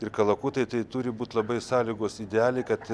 ir kalakutai tai turi būt labai sąlygos idealiai kad